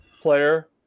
player